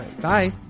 Bye